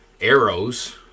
arrows